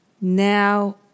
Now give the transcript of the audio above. now